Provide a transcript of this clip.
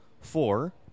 four